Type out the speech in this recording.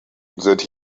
that